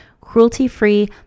cruelty-free